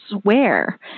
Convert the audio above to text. swear